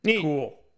cool